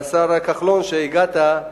השר כחלון, הגעת,